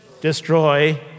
destroy